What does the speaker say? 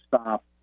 stop